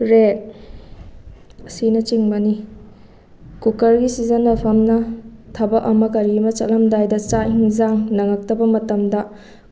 rack ꯑꯁꯤꯅꯆꯤꯡꯕꯅꯤ ꯀꯨꯀꯔꯒꯤ ꯁꯤꯖꯤꯟꯅꯐꯝꯅ ꯊꯕꯛ ꯑꯃ ꯀꯔꯤ ꯑꯃ ꯆꯠꯂꯝꯗꯥꯏꯗ ꯆꯥꯛ ꯏꯟꯖꯥꯡ ꯅꯪꯉꯛꯇꯕ ꯃꯇꯝꯗ